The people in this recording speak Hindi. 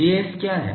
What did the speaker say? Js क्या है